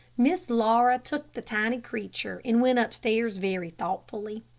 miss laura took the tiny creature, and went upstairs very thoughtfully.